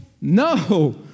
No